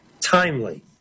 timely